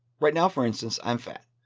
right now, for instance, i'm fat.